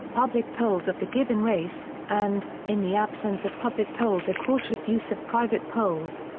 public polls of the given race, and, in the absence of public polls a cautious use of private polls.